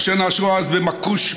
אשר נעשו אז במקוש,